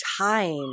time